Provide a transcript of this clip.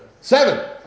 Seven